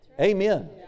Amen